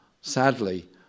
sadly